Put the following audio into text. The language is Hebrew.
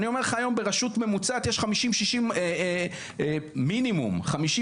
אני אומר לך היום ברשות ממוצעות יש מינימום 50,